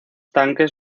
tanques